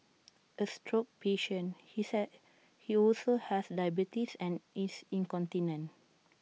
A stroke patient he say he also has diabetes and is incontinent